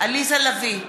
עליזה לביא,